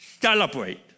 Celebrate